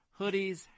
hoodies